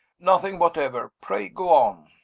nothing whatever. pray go on.